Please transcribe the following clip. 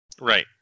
Right